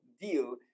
deal